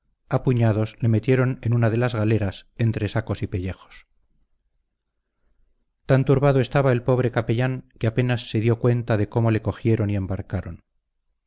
a puñados le metieron en una de las galeras entre sacos y pellejos tan turbado estaba el pobre capellán que apenas se dio cuenta de cómo le cogieron y embarcaron